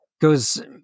goes